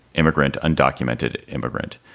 immigrant, undocumented immigrant,